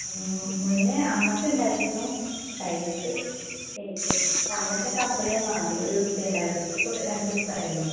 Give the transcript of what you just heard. മുന്നേ അമ്മയ്ക്കുണ്ടായിരുന്നു അത് കഴിഞ്ഞിട്ട് എനിക്ക് പക്ഷെ അമ്മൻ്റെയൊക്കെ അപ്പോഴേ മാറി ഒരുദിവസമേ ഇണ്ടായിരുന്നുളൂ എനിയ്ക്കിപ്പോൾ രണ്ടുദിവസമായല്ലോ